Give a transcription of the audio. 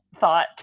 thought